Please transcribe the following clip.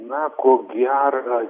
na ko gero